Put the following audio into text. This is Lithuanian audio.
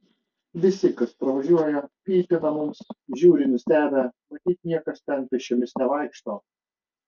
visi kas pravažiuoja pypina mums žiūri nustebę matyt niekas ten pėsčiomis nevaikšto